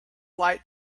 light